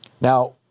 Now